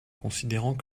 considérant